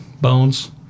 Bones